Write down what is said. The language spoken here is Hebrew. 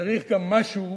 צריך גם משהו